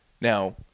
Now